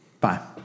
Bye